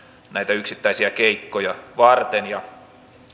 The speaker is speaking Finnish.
yksittäisiä keikkoja varten ja